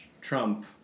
Trump